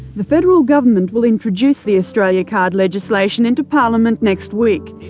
the federal government will introduce the australia card legislation into parliament next week.